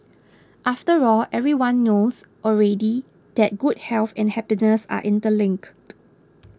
after all everyone knows already that good health and happiness are interlinked